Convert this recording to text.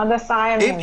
עוד עשרה ימים.